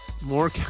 More